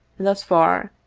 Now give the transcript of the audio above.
thus far,